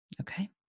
okay